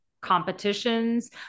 competitions